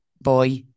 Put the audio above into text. boy